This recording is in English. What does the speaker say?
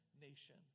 nation